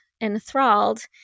enthralled